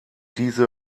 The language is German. diese